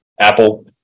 apple